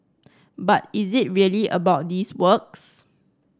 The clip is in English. but is it really about these works